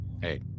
hey